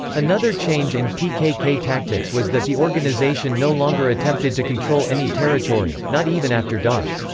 another change in pkk-tactics was that the organisation no longer attempted to control any territory, not even after dark.